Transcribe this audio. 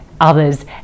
others